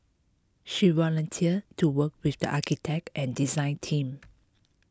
she volunteered to work with the architect and design team